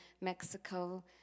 Mexico